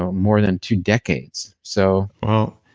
ah more than two decades so well,